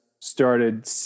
started